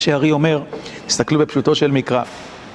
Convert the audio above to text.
כשאר"י אומר, תסתכלו בפשוטו של מקרא.